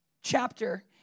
chapter